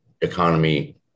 economy